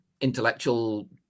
intellectual